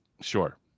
Sure